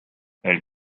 elle